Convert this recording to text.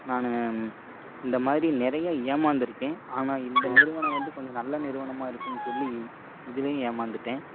நான் இந்தமாதிரி நிறைய ஏமாந்திருக்கேன் ஆனால் இந்த நிறுவனம் வந்து கொஞ்சம் நல்ல நிறுவனமாக இருக்குதுன்னு சொல்லி இதுலேயும் ஏமாந்துட்டேன்